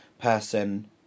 person